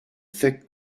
thick